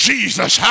Jesus